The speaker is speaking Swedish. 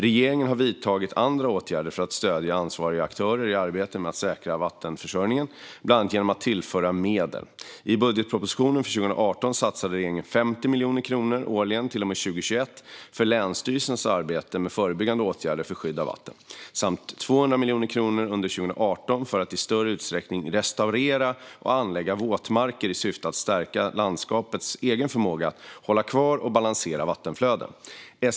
Regeringen har vidtagit andra åtgärder för att stödja ansvariga aktörer i arbetet med att säkra vattenförsörjningen, bland annat genom att tillföra medel. I budgetpropositionen för 2018 satsade regeringen 50 miljoner kronor årligen till och med 2021 för länsstyrelsernas arbete med förebyggande åtgärder för skydd av vatten samt 200 miljoner kronor under 2018 för att i större utsträckning restaurera och anlägga våtmarker i syfte att stärka landskapets egen förmåga att hålla kvar och balansera vattenflöden.